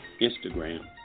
Instagram